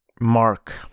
Mark